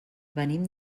venim